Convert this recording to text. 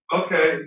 okay